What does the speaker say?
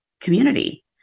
community